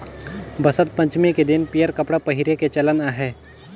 बसंत पंचमी के दिन में पीयंर कपड़ा पहिरे के चलन अहे